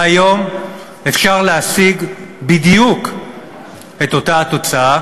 והיום אפשר להשיג בדיוק את אותה התוצאה